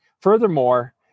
Furthermore